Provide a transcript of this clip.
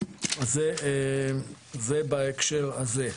אז זה בהקשר הזה.